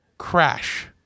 crash